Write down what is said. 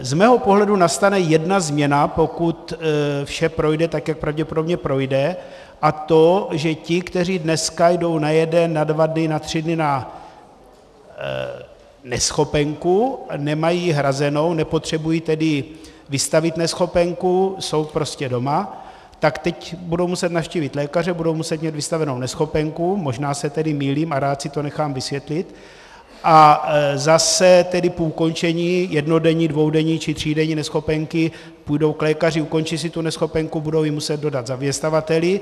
Z mého pohledu nastane jedna změna, pokud vše projde tak, jak pravděpodobně projde, a to že ti, kteří dneska jdou na jeden, na dva dny, na tři dny na neschopenku, nemají hrazenou, nepotřebují tedy vystavit neschopenku, jsou prostě doma, tak teď budou muset navštívit lékaře, budou muset mít vystavenu neschopenku, možná se tedy mýlím, a rád si to nechám vysvětlit, a zase po ukončení jednodenní, dvoudenní či třídenní neschopenky půjdou k lékaři ukončit si tu neschopenku, budou ji muset dodat zaměstnavateli.